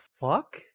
fuck